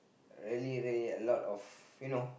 already a lot of you know